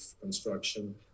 construction